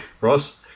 Ross